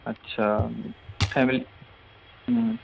अच्छा फ़ैमिली